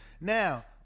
Now